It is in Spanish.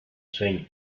sueño